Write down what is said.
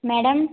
madam